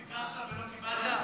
ביקשת ולא קיבלת?